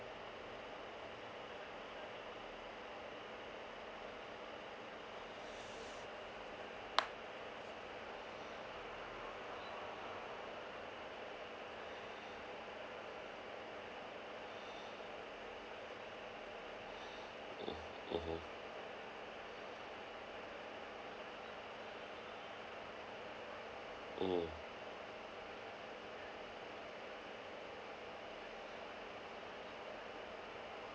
mm mmhmm mmhmm